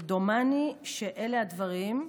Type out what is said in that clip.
דומני שאלה הדברים.